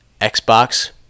Xbox